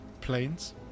planes